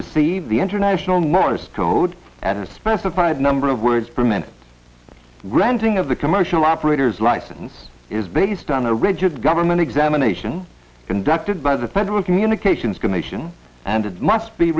receive the international most code and a specified number of words per minute granting of the commercial operators license is based on a rigid government examination conducted by the federal communications commission and it must be